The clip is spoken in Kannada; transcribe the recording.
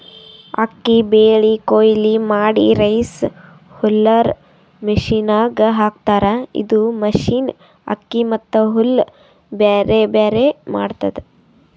ಅಕ್ಕಿ ಬೆಳಿ ಕೊಯ್ಲಿ ಮಾಡಿ ರೈಸ್ ಹುಲ್ಲರ್ ಮಷಿನದಾಗ್ ಹಾಕ್ತಾರ್ ಇದು ಮಷಿನ್ ಅಕ್ಕಿ ಮತ್ತ್ ಹುಲ್ಲ್ ಬ್ಯಾರ್ಬ್ಯಾರೆ ಮಾಡ್ತದ್